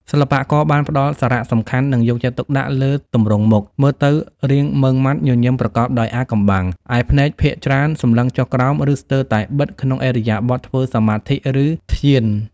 សិល្បករបាន ផ្តល់សារៈសំខាន់ និងយកចិត្តទុកដាក់លើទម្រង់មុខ មើលទៅរាងម៉ឺងម៉ាត់ ញញឹមប្រកបដោយអាថ៌កំបាំង ឯភ្នែកភាគច្រើនសម្លឹងចុះក្រោម ឬ ស្ទើរតែបិទក្នុងឥរិយាបថធ្វើសមាធិ ឬធ្យាន។